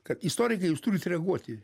kad istorikai jūs turit reaguoti